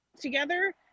together